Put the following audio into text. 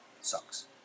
sucks